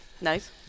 nice